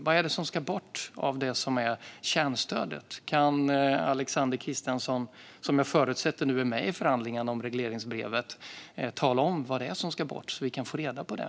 Vad är det som ska bort av kärnstödet? Kan Alexander Christiansson, som jag förutsätter nu är med vid förhandlingarna om regleringsbrevet, tala om vad det är som ska bort så att vi får reda på det?